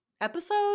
episode